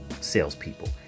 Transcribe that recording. salespeople